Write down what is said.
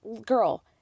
girl